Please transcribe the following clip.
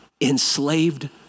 enslaved